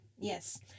Yes